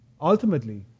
ultimately